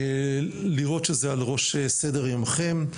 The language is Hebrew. לראות שזה על ראש סדר יומכם.